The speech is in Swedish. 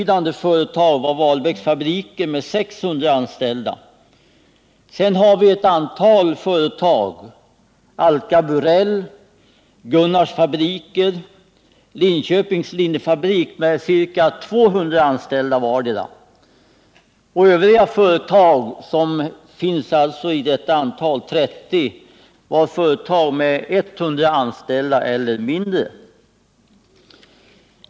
Därefter kom Wahlbecks Fabriker med 600 anställda samt Alka Burell, Gunnars Fabriker och Linköpings Linnefabrik med vartdera ca 200 anställda. Antalet anställda vid övriga nedlagda företag varierade från 100 och nedåt.